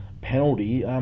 penalty